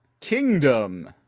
Kingdom